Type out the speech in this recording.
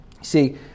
See